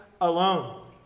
alone